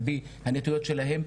על פי הנטיות שלהם,